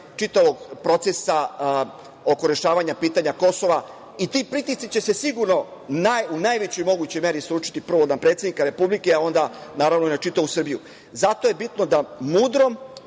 čitavog procesa oko rešavanja pitanja Kosova i ti pritisci će se sigurno u najvećoj mogućoj meri sručiti prvo na predsednika Republike, a onda naravno i na čitavu Srbiju. Zato je bitno da mudrom